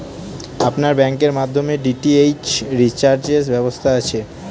আপনার ব্যাংকের মাধ্যমে ডি.টি.এইচ রিচার্জের ব্যবস্থা আছে?